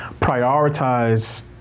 prioritize